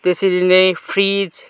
त्यसरी नै फ्रिज